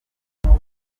numva